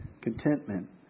contentment